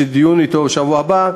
יש לי דיון אתו בשבוע הבא,